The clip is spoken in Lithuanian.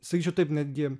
sakyčiau taip netgi